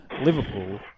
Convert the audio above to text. Liverpool